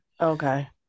Okay